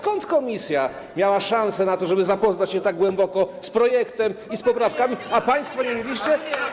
Komisja miała szansę, żeby zapoznać się tak głęboko z projektem i poprawkami, a państwo nie mieliście?